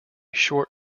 short